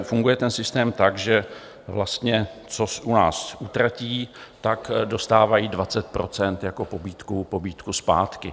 Funguje ten systém tak, že vlastně co u nás utratí, tak dostávají 20 % jako pobídku, pobídku zpátky.